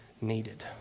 needed